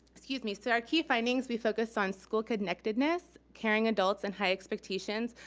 excuse me, so our key findings, we focused on school connectedness, caring adults and high expectations.